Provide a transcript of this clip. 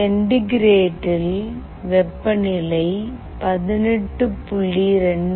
சென்டிகிரேடில் வெப்பநிலை 18